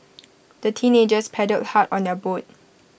the teenagers paddled hard on their boat